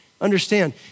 Understand